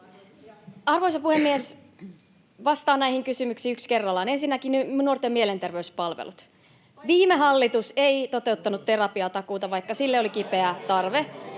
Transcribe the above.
Arvoisa puhemies! Vastaan näihin kysymyksiin yksi kerrallaan. Ensinnäkin nuorten mielenterveyspalvelut: Viime hallitus ei toteuttanut terapiatakuuta, vaikka sille oli kipeä tarve.